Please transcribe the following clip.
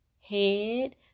head